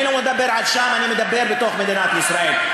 אני לא מדבר על שם, אני מדבר בתוך מדינת ישראל.